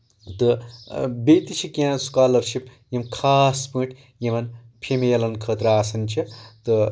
تہٕ بیٚیِہ تہِ چھِ کینٛہہ سٔکالرشپ یِم خاص پٲٹھۍ یِمن فیٖمیلَن خٲطرٕ آسان چھِ تہٕ تاکِہ یِم تہِ